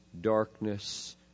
darkness